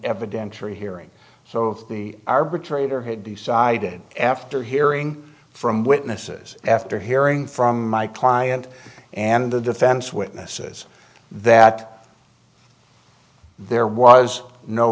evidentiary hearing so if the arbitrator had decided after hearing from witnesses after hearing from my client and the defense witnesses that there was no